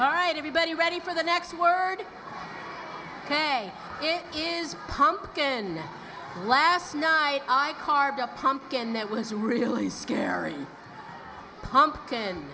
all right everybody ready for the next word ok it is pumpkin last night i carved a pumpkin that was really scary pumpkin